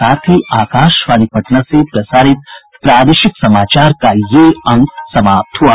इसके साथ ही आकाशवाणी पटना से प्रसारित प्रादेशिक समाचार का ये अंक समाप्त हुआ